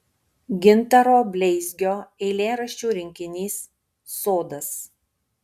gintaro bleizgio eilėraščių rinkinys sodas